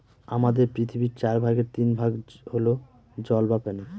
আমাদের পৃথিবীর চার ভাগের তিন ভাগ হল জল বা পানি